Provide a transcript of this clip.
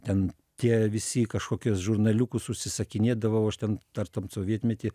ten tie visi kažkokias žurnaliukus užsisakinėdavau aš ten dar tam sovietmety